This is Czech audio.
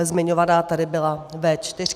Zmiňovaná tady byla V4.